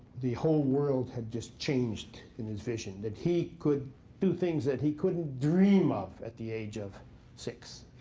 the whole world had just changed in his vision. that he could do things that he couldn't dream of at the age of six.